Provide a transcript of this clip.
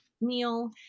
meal